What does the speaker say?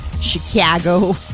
Chicago